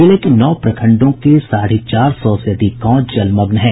जिले के नौ प्रखंडों के साढ़े चार सौ से अधिक गांव जलमग्न हैं